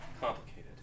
complicated